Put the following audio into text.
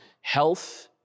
health